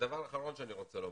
דבר אחרון שאני רוצה לומר,